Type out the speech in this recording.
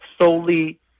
solely